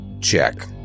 check